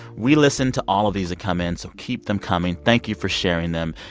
we listen to all of these that come in, so keep them coming. thank you for sharing them.